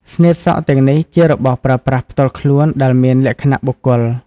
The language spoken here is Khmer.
ស្នៀតសក់ទាំងនេះជារបស់ប្រើប្រាស់ផ្ទាល់ខ្លួនដែលមានលក្ខណៈបុគ្គល។